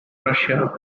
russia